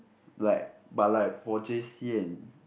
like but like for J_C and